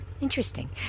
interesting